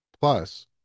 Plus